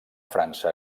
frança